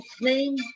name